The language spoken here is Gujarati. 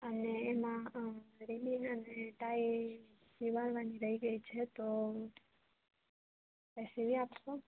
અને એમાં રીબીન અને ટાઈ સીવાડવાની રઈ ગઈ છે તો સીવી આપશો